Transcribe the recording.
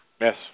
Yes